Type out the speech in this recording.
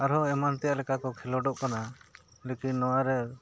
ᱟᱨᱦᱚᱸ ᱮᱢᱟᱱ ᱛᱮᱭᱟᱜ ᱞᱮᱠᱟ ᱠᱚ ᱠᱷᱮᱞᱳᱰᱚᱜ ᱠᱟᱱᱟ ᱞᱮᱠᱤᱱ ᱱᱚᱣᱟ ᱨᱮ